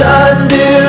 undo